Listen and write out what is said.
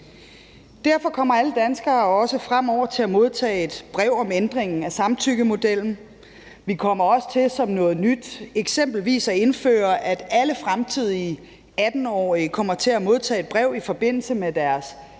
Derfor kommer alle danskere også fremover til at modtage et brev om ændringen af samtykkemodellen. Vi kommer også til som noget nyt eksempelvis at indføre, at alle 18-årige fremover kommer til at modtage et brev i forbindelse med deres